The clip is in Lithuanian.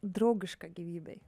draugiška gyvybei